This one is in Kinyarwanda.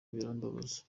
birambabaza